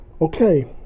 Okay